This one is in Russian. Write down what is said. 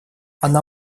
она